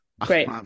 Great